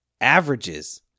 averages